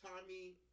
Tommy